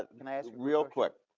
ah can i ask real quick?